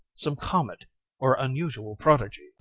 some comet or unusual prodigy?